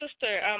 sister